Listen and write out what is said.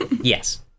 Yes